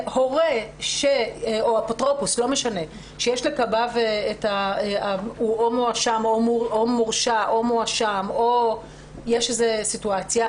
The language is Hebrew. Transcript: שהורה או אפוטרופוס שמואשם או מורשע או יש איזו סיטואציה,